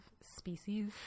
species